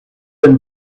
been